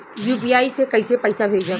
UPI से कईसे पैसा भेजब?